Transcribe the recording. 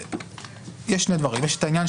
יש שני דברים: אחד,